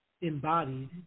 embodied